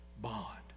Bond